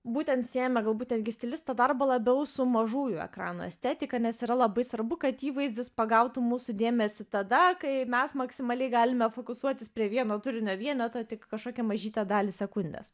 būtent siejame galbūt netgi stilisto darbo labiau su mažųjų ekranų estetika nes yra labai svarbu kad įvaizdis pagautų mūsų dėmesį tada kai mes maksimaliai galime fokusuotis prie vieno turinio vieneto tik kažkokią mažytę dalį sekundės